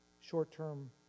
short-term